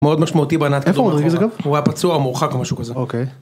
מאוד משמעותי בענת קדומה, הוא ראה פצוע מורחק או משהו כזה.